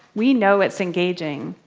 we know it's engaging.